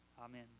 Amen